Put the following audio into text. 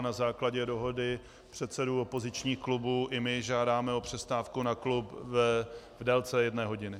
Na základě dohody předsedů opozičních klubů i my žádáme o přestávku na klub v délce jedné hodiny.